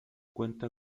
cuenta